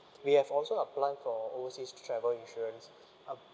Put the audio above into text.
we have also applied for overseas travel insurance uh